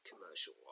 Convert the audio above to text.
commercial